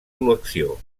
col·lecció